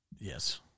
Yes